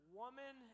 woman